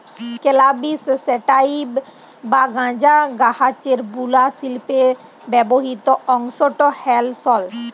ক্যালাবিস sativa বা গাঁজা গাহাচের বুলা শিল্পে ব্যাবহিত অংশট হ্যল সল